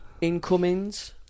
Incomings